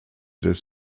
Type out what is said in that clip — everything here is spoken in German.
des